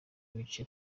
ibice